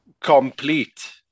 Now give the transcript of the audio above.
Complete